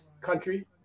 country